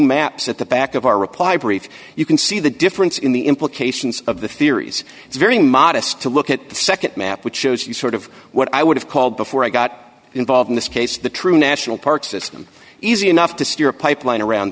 maps at the back of our reply brief you can see the difference in the implications of the theories it's very modest to look at the nd map which shows you sort of what i would have called before i got involved in this case the true national park system easy enough to steer a pipeline around